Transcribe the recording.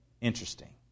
Interesting